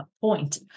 point